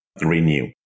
renew